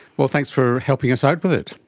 well, thanks for helping us out with it.